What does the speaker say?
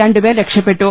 രണ്ടുപേർ രക്ഷപ്പെട്ടു